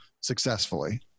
successfully